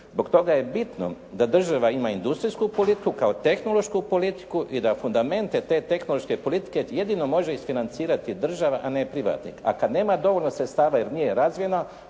Zbog toga je bitno da država ima industrijsku politiku kao tehnološku politiku i da fundamente te tehnološke politike jedino može isfinancirati država, a ne privatnik. A kad nema dovoljno sredstava jer nije razvijena,